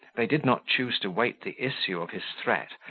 they did not choose to wait the issue of his threat,